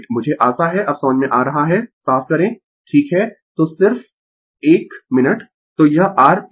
मुझे आशा है अब समझ में आ रहा है साफ करें ठीक है तो सिर्फ 1 मिनट तो यह r P jQ है